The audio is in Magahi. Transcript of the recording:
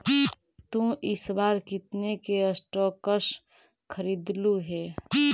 तु इस बार कितने के स्टॉक्स खरीदलु हे